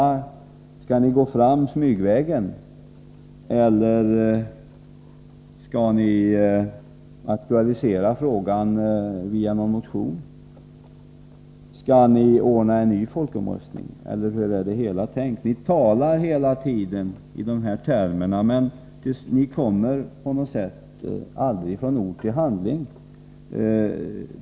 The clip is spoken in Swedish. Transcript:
Skall ni gå fram smygvägen eller skall ni aktualisera frågan via någon motion? Skall ni ordna en ny folkomröstning, eller hur är det hela tänkt? Ni talar hela tiden i de termerna, men ni kommer på något sätt aldrig från ord till handling.